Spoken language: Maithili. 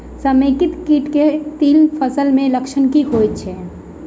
समेकित कीट केँ तिल फसल मे लक्षण की होइ छै?